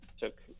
took